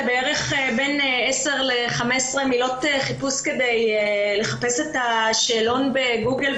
10 מילים כדי לחפש את השאלון בגוגל,